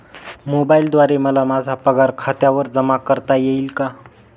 मोबाईलद्वारे मला माझा पगार खात्यावर जमा करता येईल का?